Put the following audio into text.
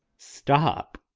stop?